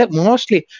mostly